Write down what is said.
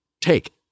take